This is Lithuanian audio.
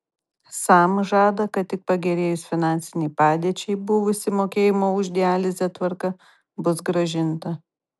sam žada kad tik pagerėjus finansinei padėčiai buvusi mokėjimo už dializę tvarka bus grąžinta